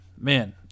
man